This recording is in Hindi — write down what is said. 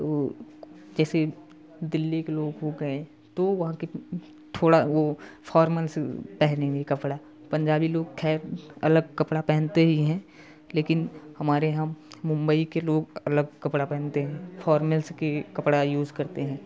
तो जैसे दिल्ली के लोग हो गए तो वहाँ कि थोड़ा वह फ़ोर्मल से पहनेंगे कपड़ा पंजाबी लोग है अलग कपड़ा पहनते ही हैं लेकिन हमारे यहाँ मुम्बई के लोग अलग कपड़ा पहनते हैं फोर्मेल्स की कपड़ा यूज़ करते हैं